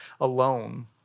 alone